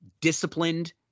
disciplined